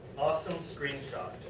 awesome screenshot.